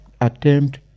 Attempt